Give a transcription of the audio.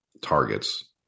targets